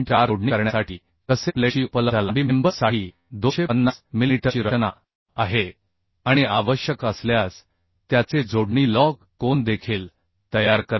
4 जोडणी करण्यासाठी गसेट प्लेटची उपलब्ध लांबी मेंबर साठी 250 मिलिमीटरची रचना आहे आणि आवश्यक असल्यास त्याचे जोडणी लज कोन देखील तयार करते